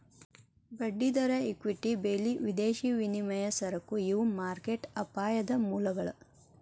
ಬಡ್ಡಿದರ ಇಕ್ವಿಟಿ ಬೆಲಿ ವಿದೇಶಿ ವಿನಿಮಯ ಸರಕು ಇವು ಮಾರ್ಕೆಟ್ ಅಪಾಯದ ಮೂಲಗಳ